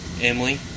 emily